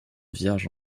vierge